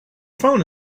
phone